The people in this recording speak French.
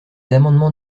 amendements